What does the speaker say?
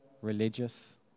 religious